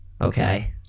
Okay